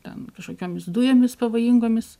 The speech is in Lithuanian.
ten kažkokiomis dujomis pavojingomis